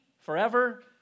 forever